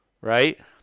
right